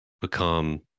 become